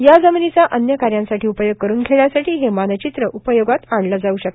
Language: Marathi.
या जमिनीचा अन्य कार्यासाठी उपयोग करून घेण्यासाठी हे मानचित्र उपयोगात आणले जाऊ शकते